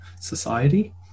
Society